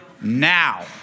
now